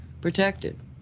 protected